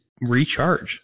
recharge